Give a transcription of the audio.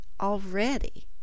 already